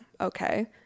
okay